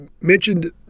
mentioned